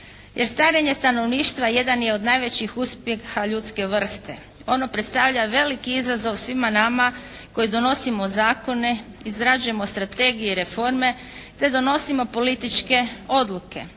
Jer starenje stanovništva jedan je od najvećih uspjeha ljudske vrste. Ono predstavlja veliki izazov svima nama koji donosimo zakone, izrađujemo strategije i reforme te donosimo političke odluke.